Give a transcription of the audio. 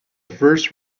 first